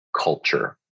culture